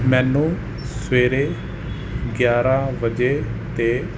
ਮੈਨੂੰ ਸਵੇਰੇ ਗਿਆਰ੍ਹਾਂ ਵਜੇ 'ਤੇ